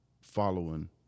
following